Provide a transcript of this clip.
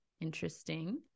Interesting